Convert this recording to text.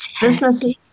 businesses